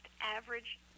average